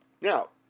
Now